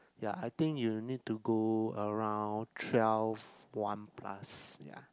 ya I think you need to go around twelve one plus ya